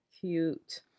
Cute